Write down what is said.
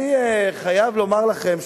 אני חייב לומר לכם,